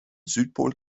südpol